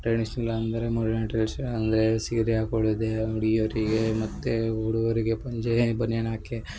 traditional ಅಂದರೆ modern dress ಅಂದರೆ ಸೀರೆ ಹಾಕೊಳೋದೆ ಹುಡುಗ್ಯವರಿಗೆ ಮತ್ತು ಹುಡುಗರಿಗೆ ಪಂಚೆ ಬನ್ಯಾನ್ ಹಾಕಿ